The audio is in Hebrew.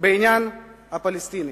בעניין הפלסטיני.